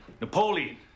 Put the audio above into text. Napoleon